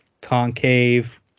concave